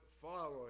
follow